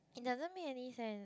it doesn't make any sense